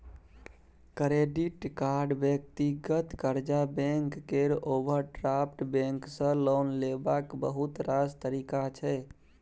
credit card, व्यक्तिगत कर्जा, bank केर ओवरड्राफ्ट बैंक सँ लोन लेबाक बहुत रास तरीका छै